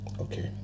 okay